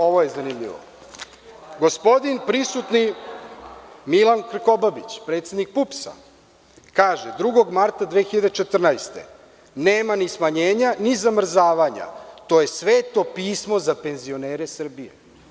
Ovo je zanimljivo, gospodin prisutni Milan Krkobabić, predsednik PUPS-a, kaže 2. marta 2014. godine – nema ni smanjenja ni zamrzavanja, to je Sveto pismo za penzionere Srbije.